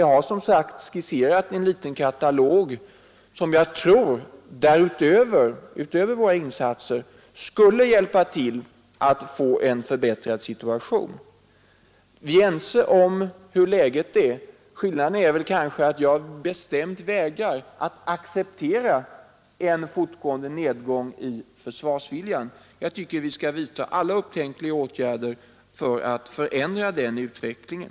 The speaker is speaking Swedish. Jag har som sagt skisserat en liten katalog som jag tror, utöver våra egna insatser, skulle kunna hjälpa till att förbättra situationen. Vi är alltså ense om hur läget är. Skillnaden i våra uppfattningar är kanske den att jag bestämt vägrar att acceptera en fortgående nedgång i försvarsviljan. Jag anser att vi skall vidta alla upptänkliga åtgärder för att ändra på den utvecklingen.